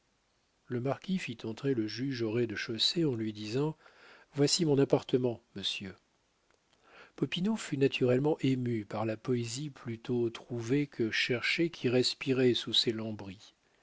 le marquis fit entrer le juge au rez-de-chaussée en lui disant voici mon appartement monsieur popinot fut naturellement ému par la poésie plutôt trouvée que cherchée qui respirait sous ces lambris